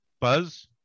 Buzz